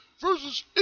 versus